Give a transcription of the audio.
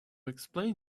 explain